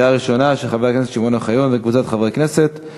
לוועדת העבודה, הרווחה והבריאות נתקבלה.